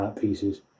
pieces